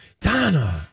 Donna